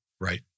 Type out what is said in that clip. Right